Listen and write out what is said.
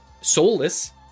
soulless